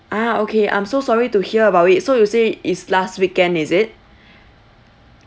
ah okay I'm so sorry to hear about it so you say is last weekend is it